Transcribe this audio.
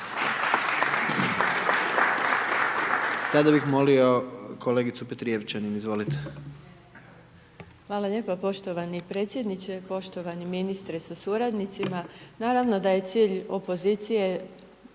Vuksanović, Irena (HDZ)** Hvala lijepo poštovani predsjedniče, poštovani ministre sa suradnicima. Naravno da je cilj opozicije,